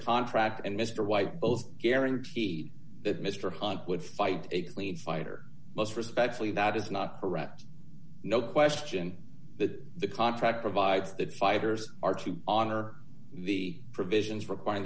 contract and mr white both guaranteed that mr hunt would fight a clean fight or most respectfully that is not correct no question that the contract provides that fighters are to honor the provisions requir